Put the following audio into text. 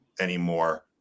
anymore